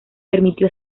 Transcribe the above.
permitió